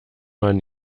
man